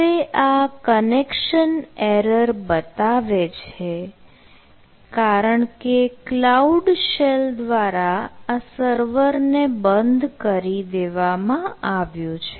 હવે આ connection error બતાવે છે કારણકે કલાઉડ શેલ દ્વારા આ સર્વરને બંધ કરી દેવામાં આવ્યું છે